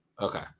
Okay